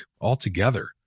altogether